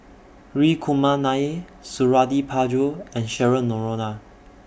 Hri Kumar Nair Suradi Parjo and Cheryl Noronha